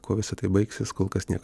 kuo visa tai baigsis kol kas nieko